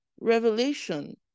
revelation